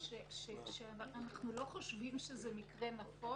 שזה לא פשוט לעשות את זה,